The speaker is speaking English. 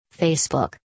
Facebook